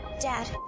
Dad